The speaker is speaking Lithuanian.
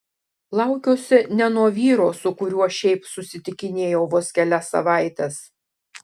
laukiuosi ne nuo vyro su kuriuo šiaip susitikinėjau vos kelias savaites